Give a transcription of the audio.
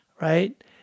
right